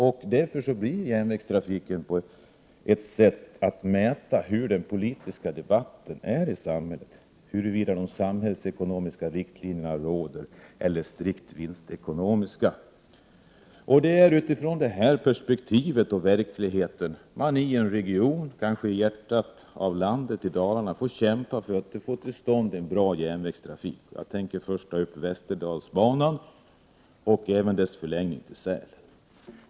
Järnvägspolitiken blir därför ett åskådningsexempel på hur den politiska debatten i samhället ser ut, ett kriterium på huruvida samhällsekonomiska riktlinjer råder eller strikt vinstmässiga. Det är i detta verklighetsperspektiv man i en region, i Dalarna, i landets hjärta, får kämpa för att få till stånd en bra järnvägstrafik. Jag skall först beröra Västerdalsbanan och vidare dess förlängning till Sälen.